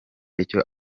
icyo